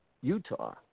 Utah